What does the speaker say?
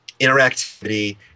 interactivity